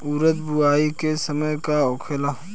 उरद बुआई के समय का होखेला?